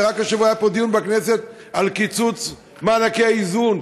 ורק השבוע היה פה דיון בכנסת על קיצוץ מענקי האיזון,